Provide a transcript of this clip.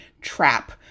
trap